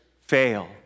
fail